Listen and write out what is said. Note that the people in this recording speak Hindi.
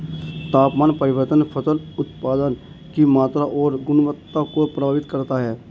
तापमान परिवर्तन फसल उत्पादन की मात्रा और गुणवत्ता को प्रभावित करता है